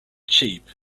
cheap